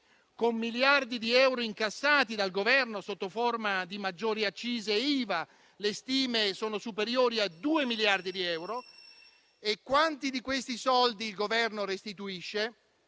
con miliardi di euro incassati dal Governo sotto forma di maggiori accise IVA. Le stime parlano di cifre superiori a due miliardi di euro. E quanti di questi soldi il Governo restituisce?